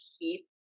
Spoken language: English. keep